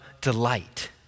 delight